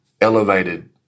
elevated